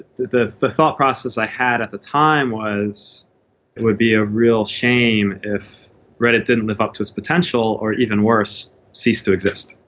the the thought process i had at the time was it would be a real shame if reddit didn't live up to its potential or, even worse, ceased to exist.